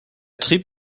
trieb